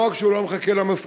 לא רק שהוא לא מחכה למסקנות,